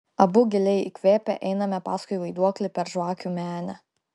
abu giliai įkvėpę einame paskui vaiduoklį per žvakių menę